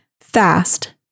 FAST